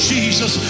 Jesus